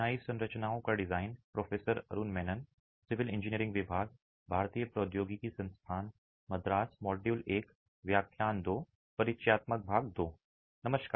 नमस्कार